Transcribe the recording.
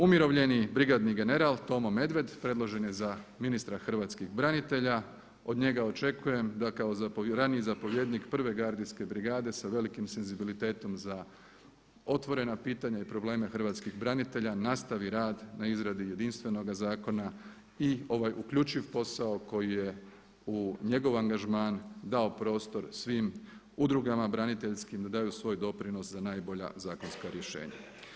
Umirovljeni brigadni general Tomo Medved predložen je za ministra hrvatskih branitelja, od njega očekujem da kao raniji zapovjednik 1. gardijske brigade sa velikim senzibilitetom za otvorena pitanja i probleme hrvatskih branitelja nastavi rad na izradi jedinstvenoga zakona i ovaj uključiv posao koji je u njegov angažman dao prostor svim udrugama braniteljskim da daju svoj doprinos za najbolja zakonska rješenja.